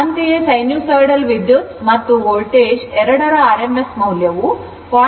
ಅಂತೆಯೇ ಸೈನುಸೈಡಲ್ ವಿದ್ಯುತ್ ಹರಿವು ಮತ್ತು ವೋಲ್ಟೇಜ್ ಎರಡರ rms ಮೌಲ್ಯವು 0